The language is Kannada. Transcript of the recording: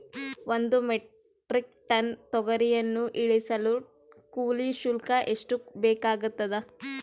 ಒಂದು ಮೆಟ್ರಿಕ್ ಟನ್ ತೊಗರಿಯನ್ನು ಇಳಿಸಲು ಕೂಲಿ ಶುಲ್ಕ ಎಷ್ಟು ಬೇಕಾಗತದಾ?